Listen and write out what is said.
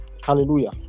Hallelujah